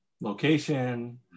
location